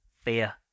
fear